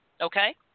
okay